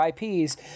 IPs